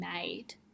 made